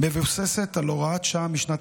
מבוססת על הוראת שעה משנת